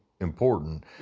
important